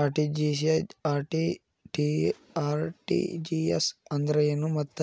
RTGS ಅಂದ್ರ ಏನು ಮತ್ತ